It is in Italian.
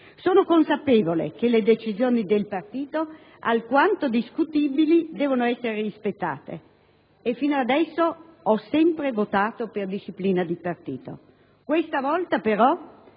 Sono consapevole che le decisioni del partito, alquanto discutibili, devono essere rispettate e fino adesso ho sempre votato per disciplina di partito. Questa volta, però,